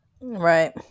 Right